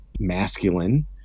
masculine